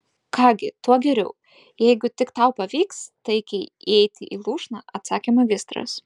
ką gi tuo geriau jeigu tik tau pavyks taikiai įeiti į lūšną atsakė magistras